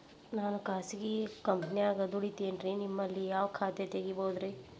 ನಾನು ಖಾಸಗಿ ಕಂಪನ್ಯಾಗ ದುಡಿತೇನ್ರಿ, ನಿಮ್ಮಲ್ಲಿ ಯಾವ ಖಾತೆ ತೆಗಿಬಹುದ್ರಿ?